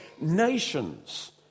Nations